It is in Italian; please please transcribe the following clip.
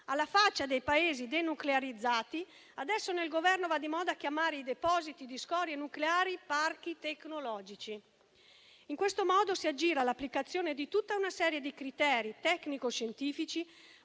Alla faccia dei Paesi denuclearizzati, adesso nel Governo va di moda chiamare i depositi di scorie nucleari «parchi tecnologici». In questo modo si aggira l'applicazione di tutta una serie di criteri tecnico-scientifici